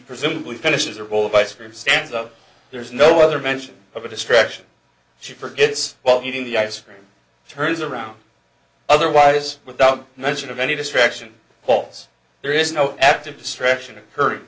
presumably finishes her bowl of ice cream stands up there's no other mention of a distraction she forgets well in the ice cream turns around otherwise without mention of any distraction holes there is no active distraction